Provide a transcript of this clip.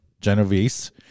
Genovese